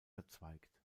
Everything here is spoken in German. verzweigt